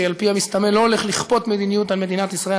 שעל-פי המסתמן לא הולך לכפות מדיניות על מדינת ישראל,